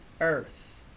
earth